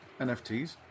NFTs